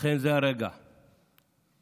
אכן זה הרגע להתאחד,